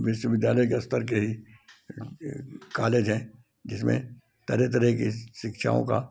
विश्वविद्यालय के स्तर के ही कालेज हैं जिसमें तरह तरह के शिक्षाओं का